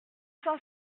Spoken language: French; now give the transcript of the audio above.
cent